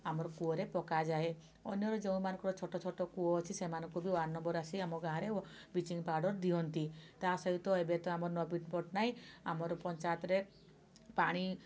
ଆମର କୂଅରେ ପକାଯାଏ ଅନ୍ୟର ଯେଉଁମାନଙ୍କର ବି ଛୋଟ ଛୋଟ କୂଅ ଅଛି ସେମାନଙ୍କୁ ବି ୱାର୍ଡ଼ ମେମ୍ବର୍ ଆସି ଆମ ଗାଁରେ ବ୍ଲିଚିଙ୍ଗ୍ ପାଉଡ଼ର୍ ଦିଅନ୍ତି ତା ସହିତ ଏବେ ତ ଆମର ନବୀନ ପଟ୍ଟନାୟକ ଆମର ପଞ୍ଚାୟତରେ ପାଣି